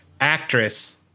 actress